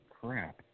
crap